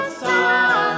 sun